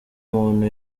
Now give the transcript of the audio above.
muntu